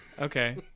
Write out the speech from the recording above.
Okay